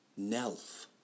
Nelf